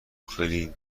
خیلی